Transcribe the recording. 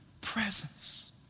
presence